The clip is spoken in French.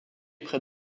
près